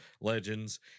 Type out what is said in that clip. legends